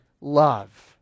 love